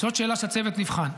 זאת שאלה שהצוות יבחן.